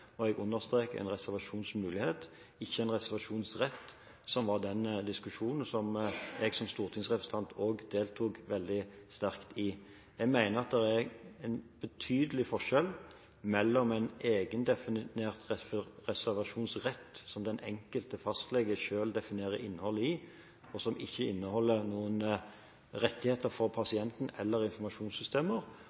og jeg understreker en reservasjonsmulighet – ikke en reservasjonsrett, som var den diskusjonen som jeg som stortingsrepresentant også deltok veldig sterkt i. Jeg mener at det er en betydelig forskjell mellom en egendefinert reservasjonsrett, som den enkelte fastlege selv definerer innholdet i – og som ikke inneholder noen rettigheter for pasienten eller informasjonssystemer